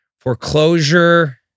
Foreclosure